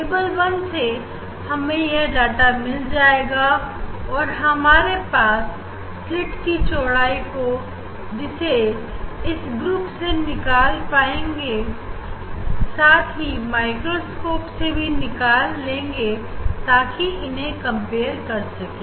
table one से हमें यह डाटा मिल जाएगा और हम हमारे स्लीट की चौड़ाई को इस ग्रुप से निकाल पाएंगे और साथ ही माइक्रोस्कोप से भी निकाल लेंगे ताकि उन्हें कंपेयर कर सके